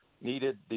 needed